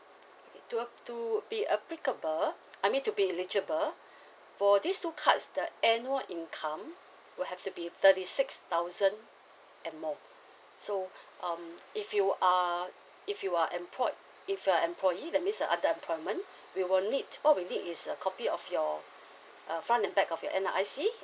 okay to app to be applicable I mean to be eligible for these two cards the annual income will have to be thirty six thousand annual so um if you are if you are employed if you are employee that means you have the employment we will need all we need is a copy of your uh front and back of your N_R_I_C